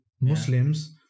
muslims